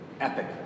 epic